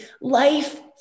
life